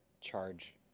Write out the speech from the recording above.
charge